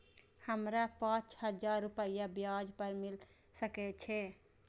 हमरा पाँच हजार रुपया ब्याज पर मिल सके छे?